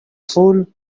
fool